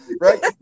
right